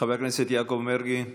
חבר הכנסת יעקב מרגי.